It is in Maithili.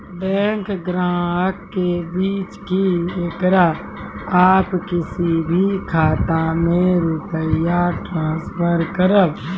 बैंक ग्राहक के बात की येकरा आप किसी भी खाता मे रुपिया ट्रांसफर करबऽ?